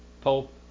Pope